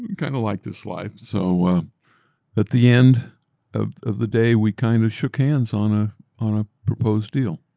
kind of like this life. so ah at the end ah of the day, we kind of shook hands on ah on a proposed deal.